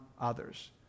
others